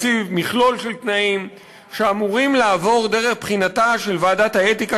מציב מכלול של תנאים שאמורים לעבור דרך בחינתה של ועדת האתיקה,